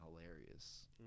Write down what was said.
hilarious